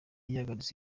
yagarutse